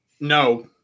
No